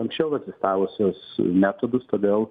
anksčiau egzistavusius metodus todėl